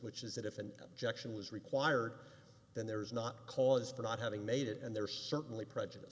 which is that if an objection was required then there is not cause for not having made it and there certainly prejudice